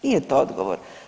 Nije to odgovor.